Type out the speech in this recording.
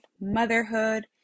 motherhood